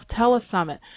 Telesummit